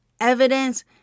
evidence